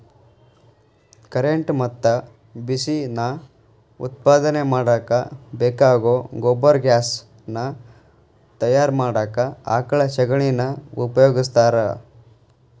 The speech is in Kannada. ಕರೆಂಟ್ ಮತ್ತ ಬಿಸಿ ನಾ ಉತ್ಪಾದನೆ ಮಾಡಾಕ ಬೇಕಾಗೋ ಗೊಬರ್ಗ್ಯಾಸ್ ನಾ ತಯಾರ ಮಾಡಾಕ ಆಕಳ ಶಗಣಿನಾ ಉಪಯೋಗಸ್ತಾರ